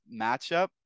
matchup